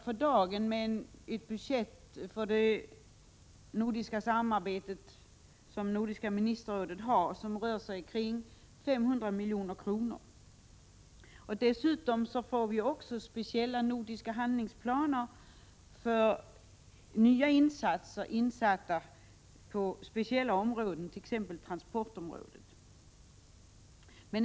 För dagen är budgeten för Nordiska ministerrådet på omkring 500 milj.kr. Dessutom får vi också speciella nordiska handlingsplaner för nya insatser på speciella områden, t.ex. transportområdet.